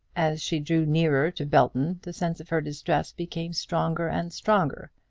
as she drew nearer to belton the sense of her distress became stronger and stronger,